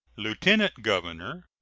lieutenant-governor,